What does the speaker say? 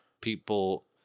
people